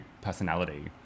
personality